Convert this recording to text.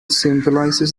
symbolizes